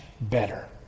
better